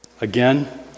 again